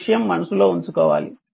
ఈ విషయం మనసులో ఉంచుకోవాలి